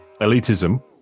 elitism